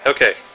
Okay